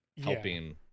helping